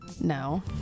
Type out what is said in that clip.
No